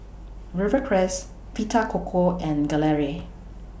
Rivercrest Vita Coco and Gelare